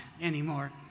anymore